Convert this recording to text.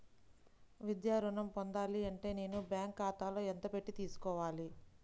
విద్యా ఋణం పొందాలి అంటే నేను బ్యాంకు ఖాతాలో ఎంత పెట్టి తీసుకోవాలి?